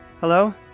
hello